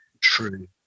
true